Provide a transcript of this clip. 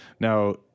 Now